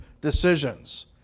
decisions